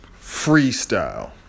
Freestyle